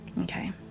Okay